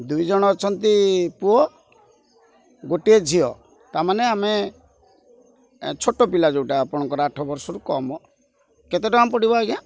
ଦୁଇଜଣ ଅଛନ୍ତି ପୁଅ ଗୋଟିଏ ଝିଅ ତା'ମାନେ ଆମେ ଛୋଟ ପିଲା ଯେଉଁଟା ଆପଣଙ୍କର ଆଠ ବର୍ଷରୁ କମ୍ କେତେ ଟଙ୍କା ପଡ଼ିବ ଆଜ୍ଞା